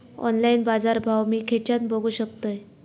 Online बाजारभाव मी खेच्यान बघू शकतय?